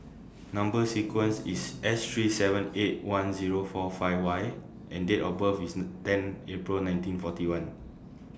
Number sequence IS S three seven eight one Zero four five Y and Date of birth IS ten April nineteen forty one